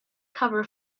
cover